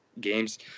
games